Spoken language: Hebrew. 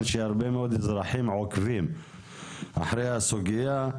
שהרבה מאוד אזרחים עוקבים אחרי הסוגיה.